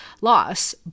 loss